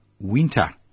winter